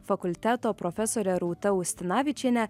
fakulteto profesore rūta ustinavičiene